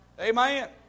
Amen